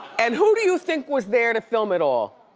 and who do you think was there to film it all?